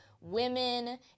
women